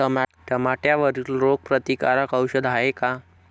टमाट्यावरील रोग प्रतीकारक औषध हाये का?